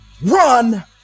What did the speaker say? Run